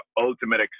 ultimate